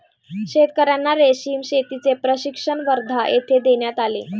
शेतकर्यांना रेशीम शेतीचे प्रशिक्षण वर्धा येथे देण्यात आले